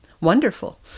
wonderful